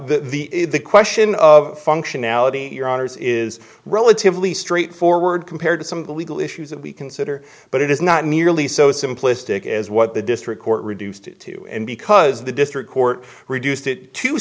the question of functionality your honour's is relatively straightforward compared to some of the legal issues that we consider but it is not nearly so simplistic as what the district court reduced it to and because the district court reduced it to